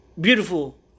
beautiful